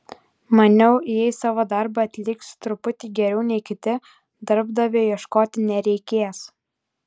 maniau jei savo darbą atliksiu truputį geriau nei kiti darbdavio ieškoti nereikės